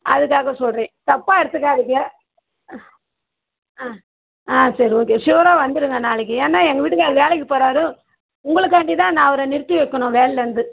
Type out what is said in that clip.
அதுக்காக சொல்லுறேன் தப்பாக எடுத்துக்காதீங்க ஆ ஆ சரி ஓகே ஷுவராக வந்துருங்க நாளைக்கு ஏன்னா எங்கள் வீட்டுக்கார் வேலைக்கு போறார் உங்களுக்காண்டி தான் நான் அவர நிறுத்தி வைக்கணும் வேலையிலேந்து